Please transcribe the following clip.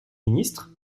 ministre